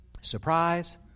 Surprise